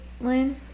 Lynn